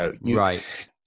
Right